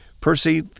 Percy